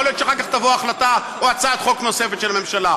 יכול להיות שאחר כך תבוא החלטה או הצעת חוק נוספת של הממשלה.